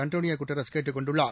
Antonio Guterres கேட்டுக் கொண்டுள்ளார்